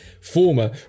former